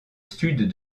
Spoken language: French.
sud